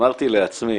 אמרתי לעצמי